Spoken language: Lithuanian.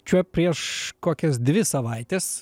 čia prieš kokias dvi savaites